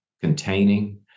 containing